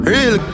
Real